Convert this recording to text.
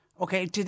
Okay